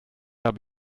habe